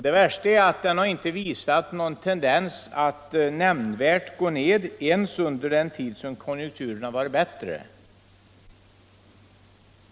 Det värsta är att den inte har visat någon tendens att nämnvärt gå ned ens under den tid då konjunkturen var bättre.